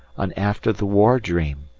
an after-the-war dream,